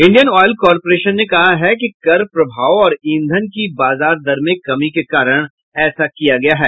Indian Oil Corporation ने कहा है कि कर प्रभाव और ईंधन की बाजार दर में कमी के कारण ऐसा किया गया है